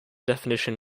definition